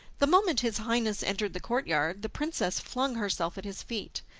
the moment his highness entered the courtyard, the princess flung herself at his feet,